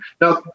Now